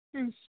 ಹ್ಞೂ